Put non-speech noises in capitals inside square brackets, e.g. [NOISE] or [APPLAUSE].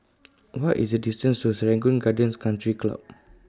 [NOISE] What IS The distance to Serangoon Gardens Country Club